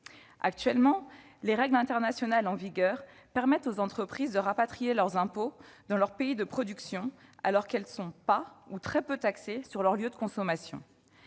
très animés. Les règles internationales en vigueur permettent aux entreprises de rapatrier leurs impôts dans leur pays de production, alors qu'elles ne sont pas ou sont très peu taxées sur leurs lieux de consommation.